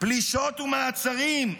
פלישות ומעצרים,